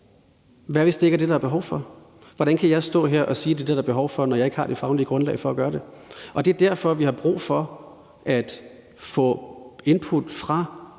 Hvad hvis det ikke er det, der er behov for? Hvordan kan jeg stå her og sige, at det er det, der er behov for, når jeg ikke har det faglige grundlag for at gøre det? Det er derfor, at vi har brug for at få input fra